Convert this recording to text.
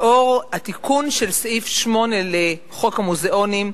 לאור התיקון של סעיף 8 לחוק המוזיאונים,